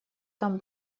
там